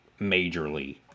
majorly